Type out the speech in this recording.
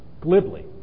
glibly